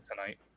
tonight